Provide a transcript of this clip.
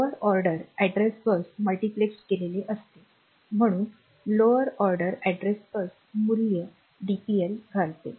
lower order address bus multiplexed केलेले असते म्हणून लोअर ऑर्डर अॅड्रेस बस मूल्य डीपीएल घालते